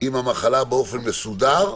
עם המחלה באופן מסודר,